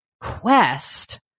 quest